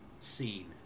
scene